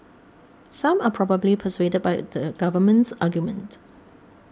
some are probably persuaded by the government's argument